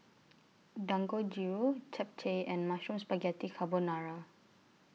Dangojiru Japchae and Mushroom Spaghetti Carbonara